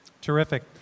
Terrific